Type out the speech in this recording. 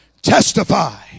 Testify